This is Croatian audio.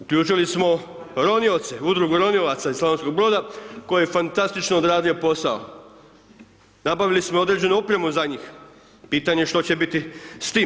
Uključili smo ronioce, udrugu ronilaca iz Slavonskog Broda koji je fantastično odradio posao, nabavili smo i određenu opremu za njih, pitanje je što će biti s tim.